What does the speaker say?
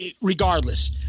regardless